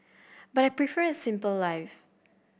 but I prefer a simple life